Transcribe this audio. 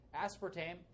aspartame